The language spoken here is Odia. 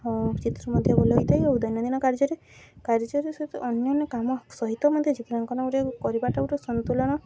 ହଁ ଚିତ୍ର ମଧ୍ୟ ଭଲ ହେଇଥାଏ ଆଉ ଦୈନନ୍ଦିନ କାର୍ଯ୍ୟରେ କାର୍ଯ୍ୟ ସହିତ ଅନ୍ୟାନ୍ୟ କାମ ସହିତ ମଧ୍ୟ ଚିତ୍ରାଙ୍କନ ଗୋଟେ କରିବାଟା ଗୋଟେ ସନ୍ତୁଳନ